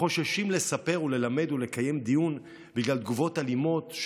החוששים לספר וללמד ולקיים דיון בגלל תגובות אלימות,